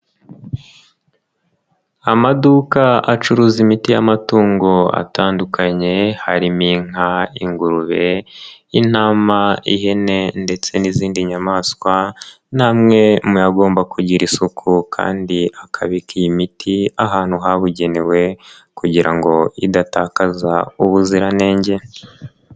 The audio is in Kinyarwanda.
Amaduka acuruza imiti y'amatungo atandukanye, harimo inka, ingurube, intama, ihene ndetse n'izindi nyamaswa, ni amwe mu yagomba kugira isuku kandi akabika iyi imiti ahantu habugenewe kugira ngo idatakaza ubuziranenge.